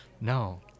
No